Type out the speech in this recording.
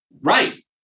Right